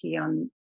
on